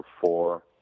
four